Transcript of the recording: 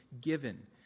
given